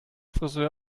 frisör